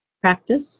practice